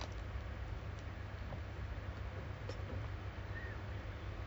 ya some more part-time kerja dengan